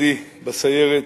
מפקדי בסיירת,